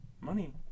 money